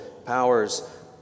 powers